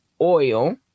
oil